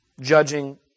judging